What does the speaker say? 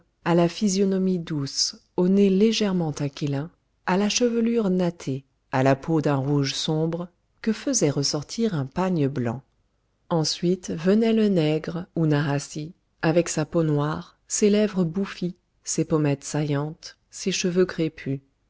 à la physionomie douce au nez légèrement aquilin à la chevelure nattée à la peau d'un rouge sombre que faisait ressortir un pagne blanc ensuite venait le nègre ou nahasi avec sa peau noire ses lèvres bouffies ses pommettes saillantes ses cheveux crépus